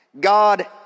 God